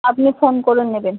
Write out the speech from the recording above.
আপনি ফোন করে নেবেন